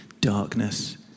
darkness